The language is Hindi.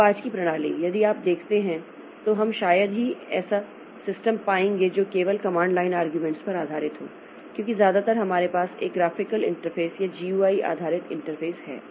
अब आज की प्रणाली यदि आप देखते हैं तो हम शायद ही ऐसा सिस्टम पाएंगे जो केवल कमांड लाइन आर्ग्यूमेंट्स पर आधारित हो क्योंकि ज्यादातर हमारे पास एक ग्राफिकल इंटरफ़ेस या GUI आधारित इंटरफ़ेस है